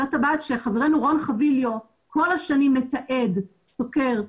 אותה טבעת שחברנו רון חביליו כל השנים מתעד וסוקר,